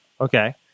Okay